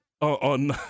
on